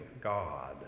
God